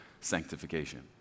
sanctification